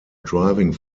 driving